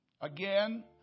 Again